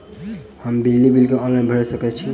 हम बिजली bill online भैर सकै छी?